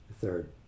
Third